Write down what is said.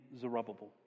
Zerubbabel